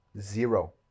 Zero